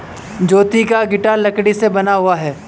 ज्योति का गिटार लकड़ी से बना हुआ है